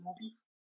movies